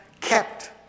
kept